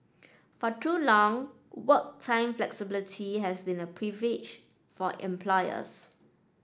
for too long work time flexibility has been a for employers